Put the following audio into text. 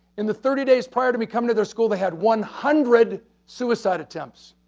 in the thirty days prior to me coming to their school, they had one hundred suicide attempts.